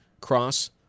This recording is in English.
cross